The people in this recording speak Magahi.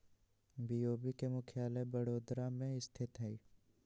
बी.ओ.बी के मुख्यालय बड़ोदरा में स्थित हइ